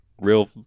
real